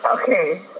Okay